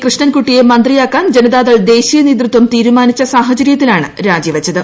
കൃഷ്ണൻകുട്ടിയെ മന്ത്രിയാക്ക്ാ്ൻ ജനതാദൾ ദേശീയ നേതൃത്വം തീരുമാനിച്ച സാഹചര്യത്തിലാണ് രാജിവച്ചത്